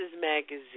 Magazine